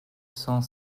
cent